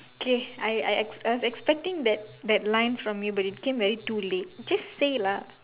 K I I I I was expecting that that line from you but it came very too late just say lah